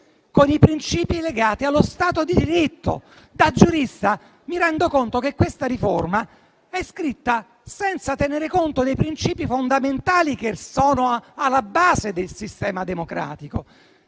con i principi legati allo Stato di diritto. Da giurista mi rendo conto che questa riforma è scritta senza tenere conto dei princìpi fondamentali che sono alla base del sistema democratico.